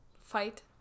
fight